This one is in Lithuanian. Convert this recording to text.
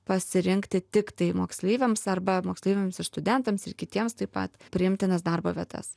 pasirinkti tiktai moksleiviams arba moksleiviams studentams ir kitiems taip pat priimtinas darbo vietas